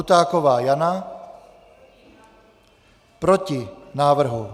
Krutáková Jana: Proti návrhu.